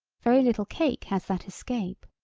very little cake has that escape.